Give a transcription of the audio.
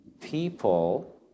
people